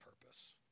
purpose